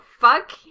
Fuck